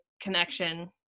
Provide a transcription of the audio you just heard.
connection